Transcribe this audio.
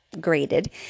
graded